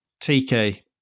tk